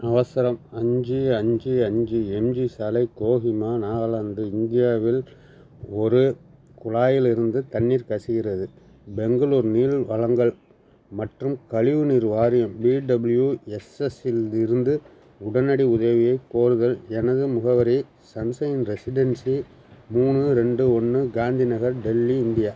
அவசரம் அஞ்சு அஞ்சு அஞ்சு எம்ஜி சாலை கோஹிமா நாகாலாந்து இந்தியாவில் ஒரு குழாயிலிருந்து தண்ணீர் கசிகின்றது பெங்களூர் நீர் வழங்கல் மற்றும் கழிவுநீர் வாரியம் பிடபுள்யூஎஸ்எஸ்யில் இருந்து உடனடி உதவியைக் கோருதல் எனது முகவரி சன்சைன் ரெசிடென்சி மூணு ரெண்டு ஒன்று காந்தி நகர் டெல்லி இந்தியா